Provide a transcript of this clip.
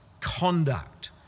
conduct